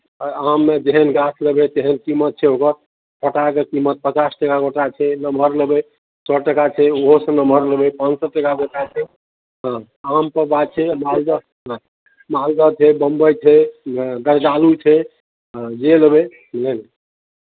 आ आममे जेहन गाछ लेबै तेहन कीमत छै ओकर गोटाके कीमत पचास टाका गोटा छै नमहर लेबै सए टाका छै ओहोसँ नमहर लेबै पाँच सए टाका गोटा छै हँ आमके गाछ छै मालदह नहि मालदह छै बम्बइ छै जरदालू छै हँ जे लेबै बुझलियै ने